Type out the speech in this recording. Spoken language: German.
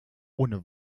ohne